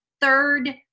third